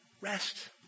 Rest